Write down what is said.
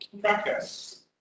practice